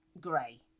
grey